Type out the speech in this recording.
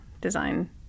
design